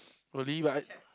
really but I